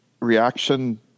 Reaction